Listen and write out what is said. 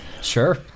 Sure